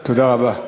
תודה רבה.